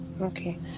Okay